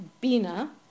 Bina